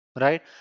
right